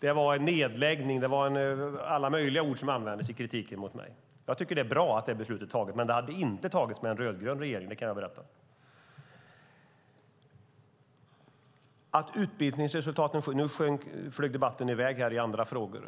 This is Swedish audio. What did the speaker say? Det talades om nedläggning, och det var alla möjliga ord som användes i kritiken mot mig. Jag tycker att det är bra att det beslutet fattades, men det hade inte fattats med en rödgrön regering, det kan jag säga. Nu flög debatten i väg till andra frågor.